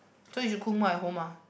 so you should cook more at home ah